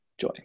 joy